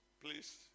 Please